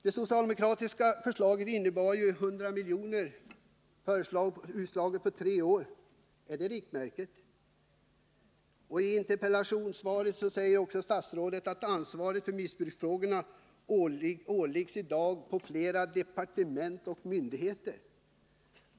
Det socialdemokratiska förslaget innebar 100 miljoner utslagna på tre år. Är det riktmärket? I interpellationssvaret säger statsrådet att ansvaret för missbruksfrågorna åligger flera departement och myndigheter.